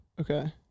Okay